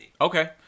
Okay